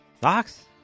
Socks